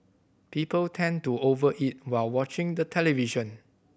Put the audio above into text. people tend to over eat while watching the television